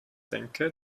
denke